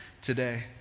today